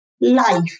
life